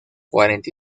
cuarenta